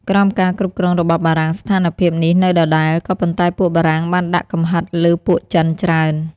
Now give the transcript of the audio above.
ក្រោមការគ្រប់គ្រងរបស់បារាំង ស្ថានភាពនេះនៅដដែល ក៏ប៉ុន្តែពួកបារាំងបានដាក់កំហិតលើពួកចិនច្រើន។